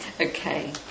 Okay